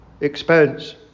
expense